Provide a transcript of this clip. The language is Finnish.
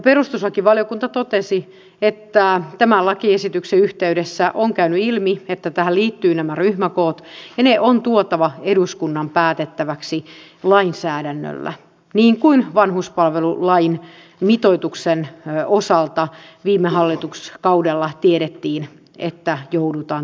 perustuslakivaliokunta totesi että tämän lakiesityksen yhteydessä on käynyt ilmi että tähän liittyvät nämä ryhmäkoot ja ne on tuotava eduskunnan päätettäväksi lainsäädännöllä niin kuin vanhuspalvelulain mitoituksen osalta viime hallituskaudella tiedettiin että joudutaan tekemään